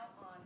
on